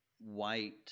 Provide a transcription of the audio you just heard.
white